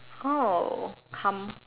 oh ham~